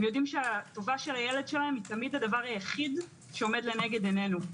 הם יודעים שהטובה של הילד שלהם זה הדבר היחיד שעומד לנגד עינינו.